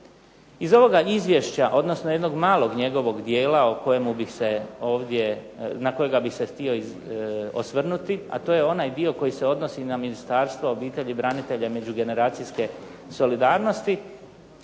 Iz ovoga izvješća, odnosno jednog malog njegovog dijela na kojega bi se htio osvrnuti, a to je onaj dio koji se odnosi na Ministarstvo obitelji, branitelja i međugeneracijske solidarnosti,